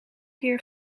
keer